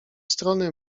strony